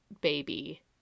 baby